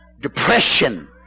depression